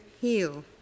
heal